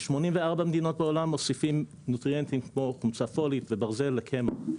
ב-84 מדינות בעולם מוסיפים נוטריאנטים כמו חומצה פולית וברזל לקמח,